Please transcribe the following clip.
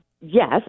yes